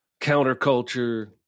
counterculture